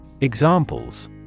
Examples